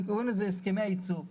קוראים לזה הסכמי ייצוא.